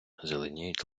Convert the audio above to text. зеленіють